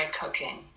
cooking